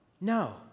no